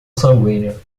sanguínea